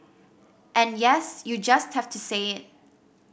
and yes you just have to say it